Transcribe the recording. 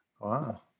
Wow